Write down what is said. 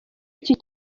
iki